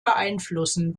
beeinflussen